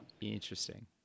Interesting